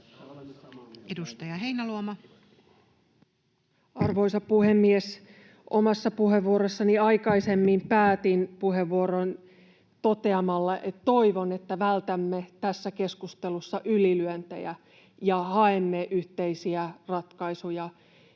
Edustaja Heinäluoma. Arvoisa puhemies! Omassa puheenvuorossani aikaisemmin päätin puheenvuoron toteamalla, että toivon, että vältämme tässä keskustelussa ylilyöntejä ja haemme yhteisiä ratkaisuja,